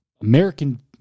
american